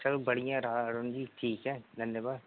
चलो बढ़िया रहा अरुण जी ठीक है धन्यवाद